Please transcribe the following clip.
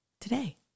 Today